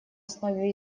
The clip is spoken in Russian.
основе